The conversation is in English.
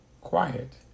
quiet